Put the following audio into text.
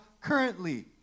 currently